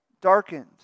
darkened